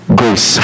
grace